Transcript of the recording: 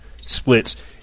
splits